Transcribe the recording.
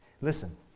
Listen